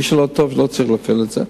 מי שלא טוב, לא צריך להפעיל את זה.